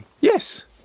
Yes